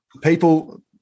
people